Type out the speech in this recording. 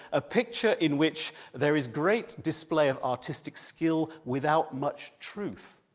a picture in which there is great display of artistic skill without much truth.